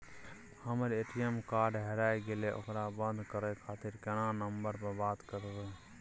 हमर ATM card हेराय गेले ओकरा बंद करे खातिर केना नंबर पर बात करबे?